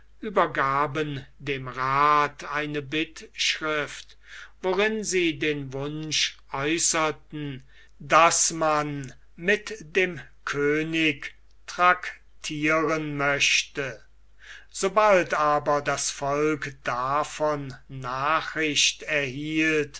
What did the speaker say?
übergaben dem rath eine bittschrift worin sie den wunsch äußerten daß man mit dem könig traktieren möchte sobald aber das volk davon nachricht erhielt